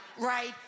right